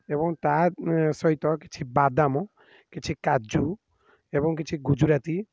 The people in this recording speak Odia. ଏବଂ ତା ସହିତ କିଛି ବାଦାମ କିଛି କାଜୁ ଏବଂ କିଛି ଗୁଜୁରାତି